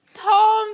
Tom